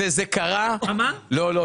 לא.